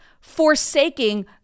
forsaking